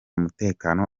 mutekano